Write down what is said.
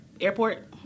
Airport